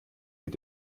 mit